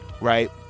right